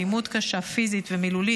אלימות קשה פיזית ומילולית,